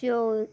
त्योल